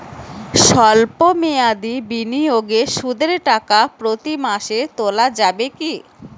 সল্প মেয়াদি বিনিয়োগে সুদের টাকা প্রতি মাসে তোলা যাবে কি?